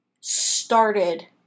started